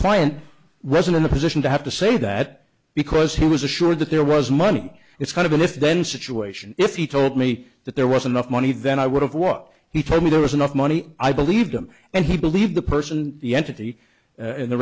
client rezan in the position to have to say that because he was assured that there was money it's kind of an if then situation if he told me that there was enough money then i would have what he told me there was enough money i believed him and he believed the person the entity in the